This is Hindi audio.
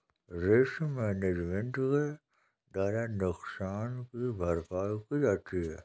रिस्क मैनेजमेंट के द्वारा नुकसान की भरपाई की जाती है